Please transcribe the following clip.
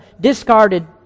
discarded